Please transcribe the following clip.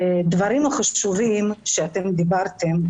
הדברים החשובים עליהם דיברתם,